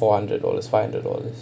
four hundreds dollars five hundreds dollar